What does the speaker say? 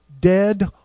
dead